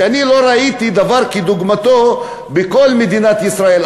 שאני לא ראיתי דבר כדוגמתו בכל מדינת ישראל,